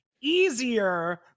easier